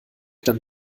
dann